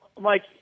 Mike